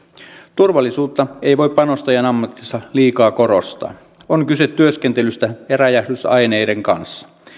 turvallisuutta ei voi panostajan ammatissa liikaa korostaa on kyse työskentelystä räjähdysaineiden kanssa